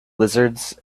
lizards